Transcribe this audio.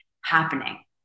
happening